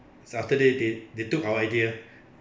after that they they took our idea